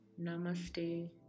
namaste